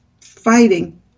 fighting